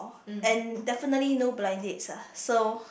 and definitely no blind dates lah so